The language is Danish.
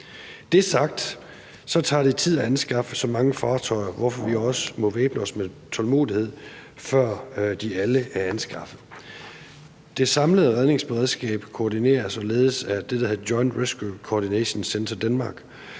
er sagt, tager det tid at anskaffe så mange fartøjer, hvorfor vi også må væbne os med tålmodighed, indtil de alle er anskaffet. Det samlede redningsberedskab koordineres således at det, der hedder Joint Rescue Co-ordination Centre Denmark,